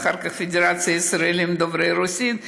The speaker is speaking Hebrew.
ואחר כך בפדרציה הארצית של ישראלים דוברי רוסית,